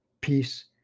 peace